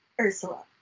Ursula